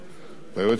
והיועץ המשפטי,